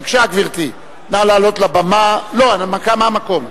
בבקשה, גברתי, הנמקה מהמקום.